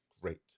great